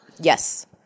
Yes